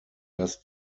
dass